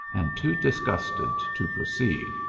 and too disgusted to proceed,